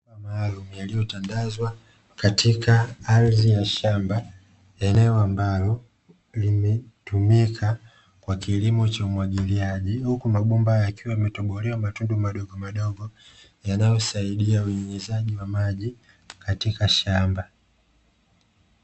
Mabomba maalumu yaliyotandazwa katika ardhi ya shamba eneo ambalo limetumika kwa kilimo cha umwagiliaji, huku mabomba hayo yakiwa yametobolewa matundu madogomadogo yanayosaidia unyunyizaji wa maji katika shamba.